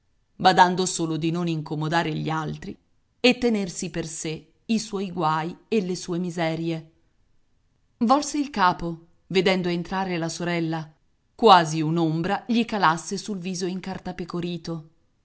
badando solo di non incomodare gli altri e tenersi per sé i suoi guai e le sue miserie volse il capo vedendo entrare la sorella quasi un'ombra gli calasse sul viso